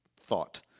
thought